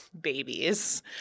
babies